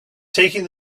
taking